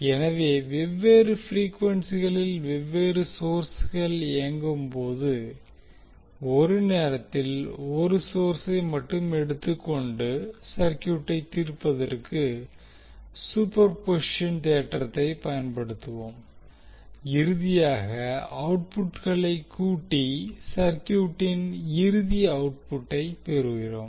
எனவே வெவ்வேறு ப்ரீக்வென்சிகளில் வெவ்வேறு சோர்ஸ்கள் இயங்கும்போது ஒரு நேரத்தில் ஒரு சோர்ஸை மட்டும் எடுத்துக்கொண்டு சர்க்யூட்டை தீர்ப்பதற்கு சூப்பர்பொசிஷன் தேற்றத்தைப் பயன்படுத்துவோம் இறுதியாக அவுட்புட்டுகளை கூட்டி சர்க்யூட்டின் இறுதி அவுட்புட்டை பெறுகிறோம்